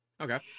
Okay